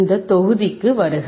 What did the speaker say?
இந்த தொகுதிக்கு வருக